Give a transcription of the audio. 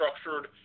structured